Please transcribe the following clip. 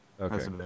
okay